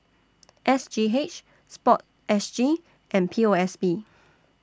S G H Sport S G and P O S B